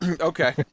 Okay